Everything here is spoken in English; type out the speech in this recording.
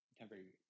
temporary